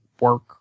work